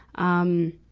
um,